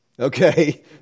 Okay